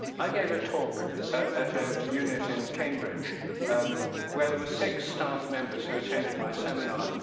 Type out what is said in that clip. i gave a talk at a unit in cambridge um where there were six staff members who attended my seminar.